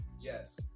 Yes